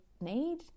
need